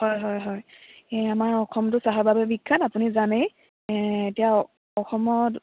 হয় হয় হয় এ আমাৰ অসমতো চাহৰ বাবেই বিখ্যাত আপুনি জানেই এতিয়া অসমত